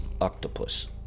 Octopus